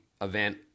event